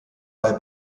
bei